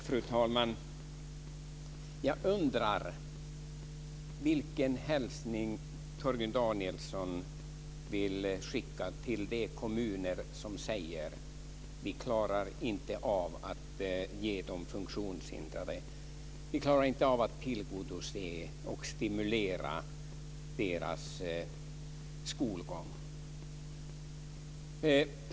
Fru talman! Jag undrar vilken hälsning Torgny Danielsson vill skicka till de kommuner som säger: Vi klarar inte av att tillgodose och stimulera de funktionshindrades behov av skolgång.